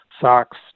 socks